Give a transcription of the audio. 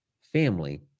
family